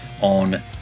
on